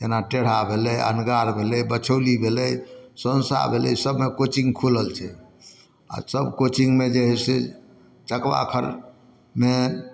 जेना टेढ़ा भेलै अनगार भेलै बछौली भेलै सौसा भेलै सभमे कोचिंग खुलल छै आओर सभ कोचिंगमे जे हइ से चकवाखरमे